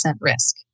risk